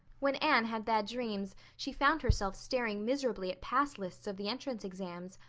when anne had bad dreams she found herself staring miserably at pass lists of the entrance exams,